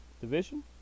Division